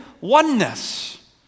oneness